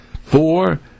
Four